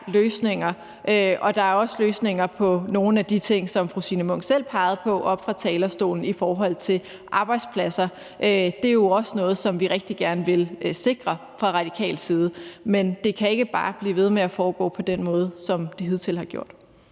løsninger, og der er også løsninger på nogle af de ting, som fru Signe Munk selv pegede på fra talerstolen i forhold til arbejdspladser. Det er jo også noget, som vi rigtig gerne vil sikre fra radikal side. Men det kan ikke bare blive ved med at foregå på den måde, som det hidtil har gjort.